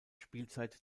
spielzeit